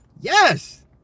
Yes